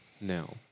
now